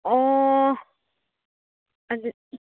ꯑꯣ ꯑꯗꯨ